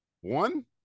One